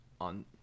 on